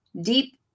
deep